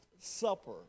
Supper